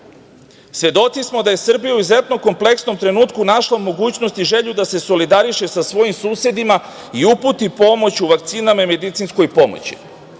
svedoci smo da je Srbija u izuzetno kompleksnom trenutku našla mogućnost i želju da se solidariše sa svojim susedima i uputi pomoć u vakcinama i medicinskoj pomoći,